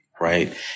right